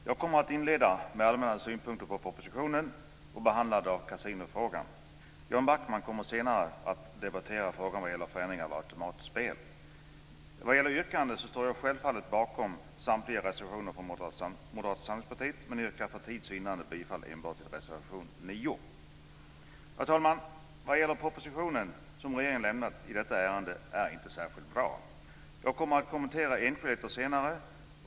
Fru talman! Jag kommer att inleda med allmänna synpunkter på propositionen och behandlingen av kasinofrågan. Jan Backman kommer senare att debattera frågan vad gäller förändringen av automatspel. Jag står självfallet bakom samtliga reservationer från Moderata samlingspartiet men yrkar för tids vinnande bifall enbart till reservation 9. Fru talman! Den proposition som regeringen lämnat i detta ärende är inte särskilt bra. Jag kommer att kommentera enskildheter senare.